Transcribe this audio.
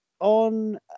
on